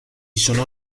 sono